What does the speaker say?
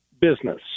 business